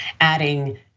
Adding